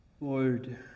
Lord